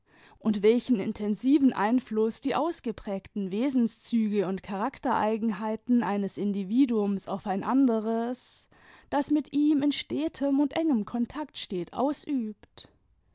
und welchen intensiven einfluß die ausgeprägten wesenszüge und charaktereigenheiten eines individuums auf ein anderes das mit ihm in stetem und engem kontakt steht ausübt